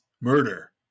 Murder